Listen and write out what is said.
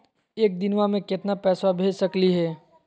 एक दिनवा मे केतना पैसवा भेज सकली हे?